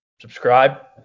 subscribe